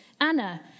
Anna